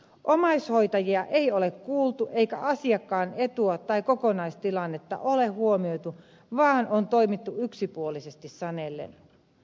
omaishoitajia ei ole kuultu eikä asiakkaan etua tai kokonaistilannetta ole huomioitu vaan on toimittu yksipuolisesti sanellen